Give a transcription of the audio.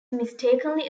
mistakenly